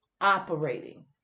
operating